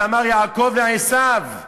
זה אמר יעקב לעשיו,